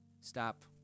stop